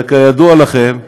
הרי כידוע לכם,